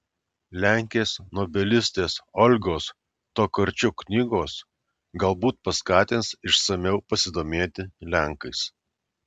lenkės nobelistės olgos tokarčuk knygos galbūt paskatins išsamiau pasidomėti lenkais